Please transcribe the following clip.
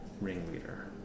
ringleader